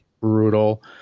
brutal